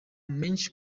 menshi